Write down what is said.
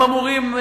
הם אמורים,